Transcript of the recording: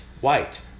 White